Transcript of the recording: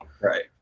Right